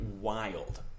wild